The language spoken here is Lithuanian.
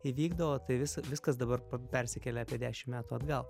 įvykdavo tai vis viskas dabar persikėlė apie dešim metų atgal